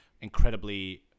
incredibly